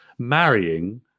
marrying